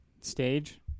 stage